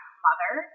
mother